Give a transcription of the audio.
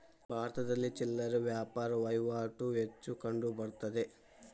ಭಾರತದಲ್ಲಿ ಚಿಲ್ಲರೆ ವ್ಯಾಪಾರ ವಹಿವಾಟು ಹೆಚ್ಚು ಕಂಡುಬರುತ್ತದೆ